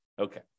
Okay